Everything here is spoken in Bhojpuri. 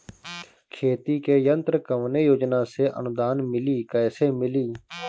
खेती के यंत्र कवने योजना से अनुदान मिली कैसे मिली?